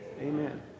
amen